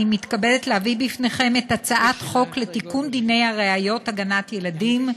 אני מתכבדת להביא בפניכם את הצעת חוק לתיקון דיני הראיות (הגנת ילדים)